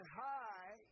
high